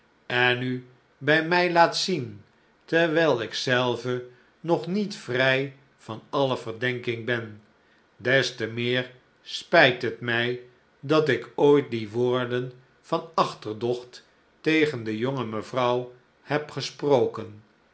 en u bij mij laat zien terwijl ik zelve nog niet vrij van alle verdenking ben des te meer spijt het mij dat ik ooit die woorden van achterdocht tegen de jonge mevrouw heb gesproken